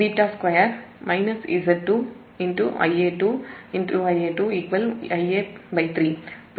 இங்கே நீங்கள் உங்கள் சமன்பாடு 7 இலிருந்து Ia இன் வெளிப்பாட்டை மாற்றுகிறீர்கள்